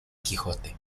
quijote